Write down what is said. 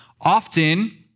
Often